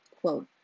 quote